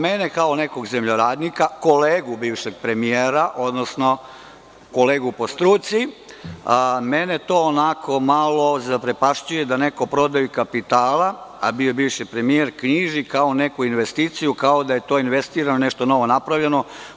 Mene kao nekog zemljoradnika, kolegu bivšeg premijera, odnosno kolegu po struci, to onako malo zaprepašćuje da neko prodaju kapitala, a bi bivši premijer, knjiži kao neku investiciju, kao da je to investirano, nešto novo napravljeno.